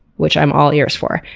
which i am all ears for!